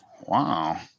Wow